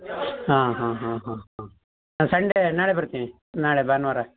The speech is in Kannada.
ಹಾಂ ಹಾಂ ಹಾಂ ಹಾಂ ಹಾಂ ಸಂಡೇ ನಾಳೆ ಬರ್ತೀನಿ ನಾಳೆ ಭಾನುವಾರ